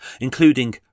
including